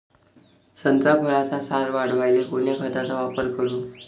संत्रा फळाचा सार वाढवायले कोन्या खताचा वापर करू?